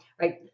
right